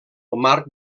marc